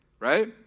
right